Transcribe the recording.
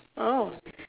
oh